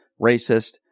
racist